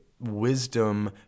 wisdom